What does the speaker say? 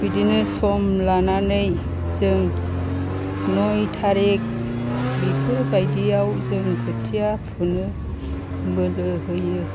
बिदिनो सम लानानै जों नय थारिक बेफोरबायदियाव जों खोथिया फुनो बोलो होयो